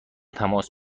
تماس